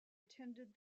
attended